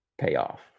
payoff